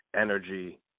energy